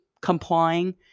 complying